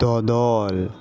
दोदोल